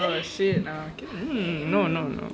oh shit okay no no